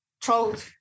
Trolled